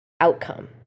outcome